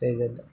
செய்துனு